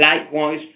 likewise